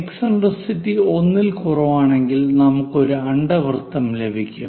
eccentricity 1 ൽ കുറവാണെങ്കിൽ നമുക്ക് ഒരു അണ്ഡവൃത്തം ലഭിക്കും